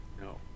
No